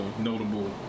notable